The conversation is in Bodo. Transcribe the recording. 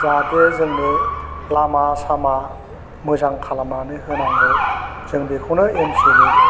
जाहाथे जोंनो लामा सामा मोजां खालामनानै होनांगौ जों बेखौनो एम सि एल ए